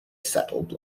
settled